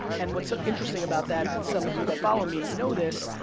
and what's so interesting about that, and some of you that follow me know this,